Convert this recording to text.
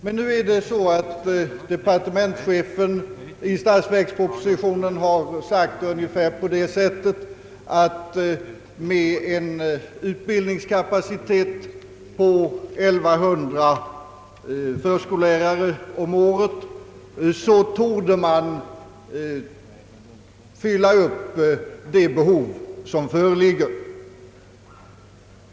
Men nu har departementschefen i statsverkspropositionen uttalat sig ungefär på det sättet att man med en utbildningskapacitet på 1100 förskollärare om året torde fylla upp det behov som föreligger.